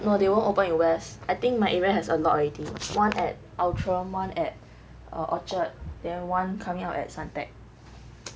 <S